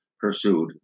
pursued